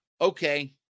Okay